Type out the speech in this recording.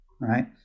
Right